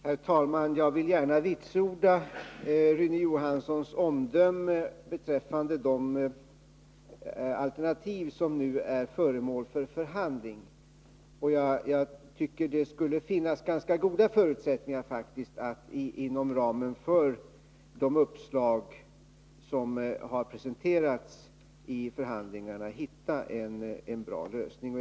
Herr talman! Jag vill gärna vitsorda riktigheten av Rune Johanssons omdöme beträffande de alternativ som nu är föremål för förhandling, och jag tycker faktiskt att det skulle finnas ganska goda förutsättningar att inom ramen för de uppslag som har presenterats i förhandlingarna hitta en bra lösning.